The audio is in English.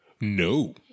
No